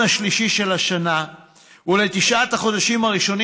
השלישי של השנה ולתשעת החודשים הראשונים,